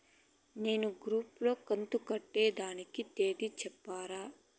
నేను crop loan కంతు కట్టేదానికి తేది సెప్తారా?